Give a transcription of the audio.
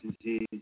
disease